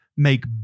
make